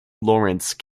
lawrence